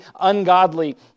ungodly